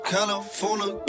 California